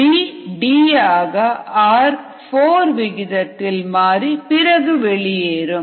B D ஆக r4 விகிதத்தில் மாறி பிறகு வெளியேறும்